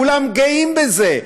כולם גאים בזה: